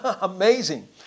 Amazing